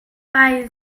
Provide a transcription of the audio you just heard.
bei